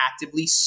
actively